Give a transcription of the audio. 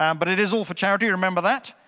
um but it is all for charity, remember that.